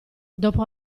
dopo